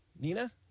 nina